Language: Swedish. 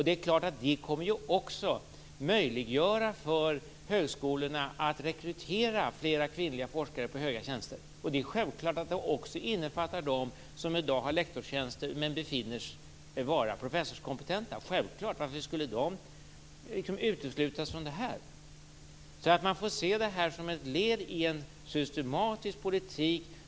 Det är klart att det också kommer att möjliggöra för högskolorna att rekrytera fler kvinnliga forskare på höga tjänster. Det är självklart att det också innefattar dem som i dag har lektorstjänster men befinns vara professorskompetenta. Självklart. Varför skulle de uteslutas från detta? Man får se det här som ett led i en systematisk politik.